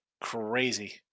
crazy